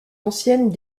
ancienne